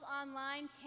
Online